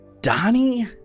Donnie